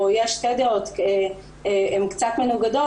או יש שתי דעות והן קצת מנוגדות,